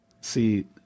See